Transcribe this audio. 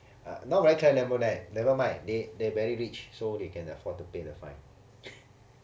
not very clever nevermind nevermind they they very rich so they can afford to pay the fine